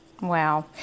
Wow